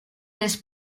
les